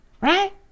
Right